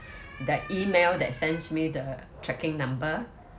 that email that sends me the tracking number